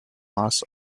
mass